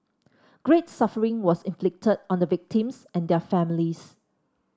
great suffering was inflicted on the victims and their families